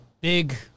big